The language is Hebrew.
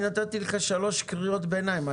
אני נתתי לך שלוש קריאות ביניים.